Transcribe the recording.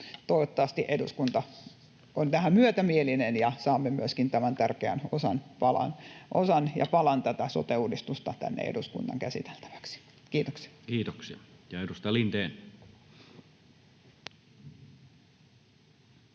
Toivottavasti eduskunta on tähän myötämielinen ja saamme myöskin tämän tärkeän osan ja palan tätä sote-uudistusta tänne eduskunnan käsiteltäväksi. — Kiitoksia. [Speech